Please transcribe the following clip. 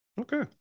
Okay